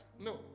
No